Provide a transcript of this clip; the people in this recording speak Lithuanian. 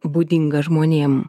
būdinga žmonėm